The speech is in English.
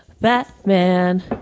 Batman